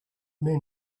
men